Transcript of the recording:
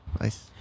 Nice